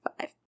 five